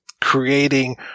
creating